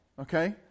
okay